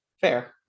Fair